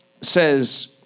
Says